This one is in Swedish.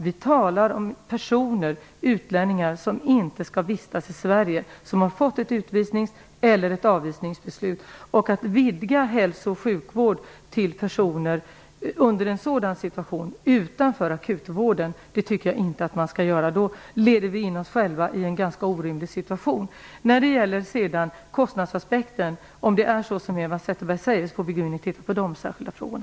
Vi talar om personer, utlänningar, som inte skall vistas i Sverige. De har fått ett utvisningseller avvisningsbeslut. Att vidga rätten till hälso och sjukvård till att omfatta personer i en sådan situation utanför akutvården tycker jag inte att man skall göra. Då leder vi in oss själva i en ganska orimlig situation. Men om det är så som Eva Zetterberg säger när det gäller kostnadsaspekten får vi gå in och se över den särskilda frågan.